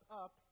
up